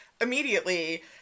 immediately